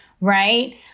right